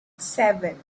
seven